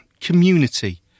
community